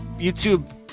YouTube